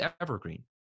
evergreen